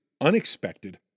unexpected